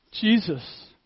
Jesus